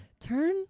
Turn